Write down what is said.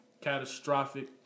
catastrophic